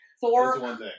Thor